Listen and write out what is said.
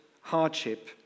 hardship